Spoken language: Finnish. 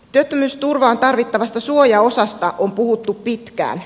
työttömyysturvaan tarvittavasta suojaosasta on puhuttu pitkään